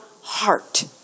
heart